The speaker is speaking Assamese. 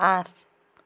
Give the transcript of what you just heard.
আঠ